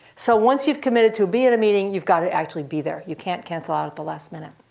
so once you've committed to be at a meeting, you've got to actually be there. you can't cancel out at the last minute.